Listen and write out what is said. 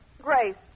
Grace